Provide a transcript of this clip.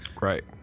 Right